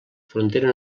frontera